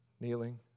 Kneeling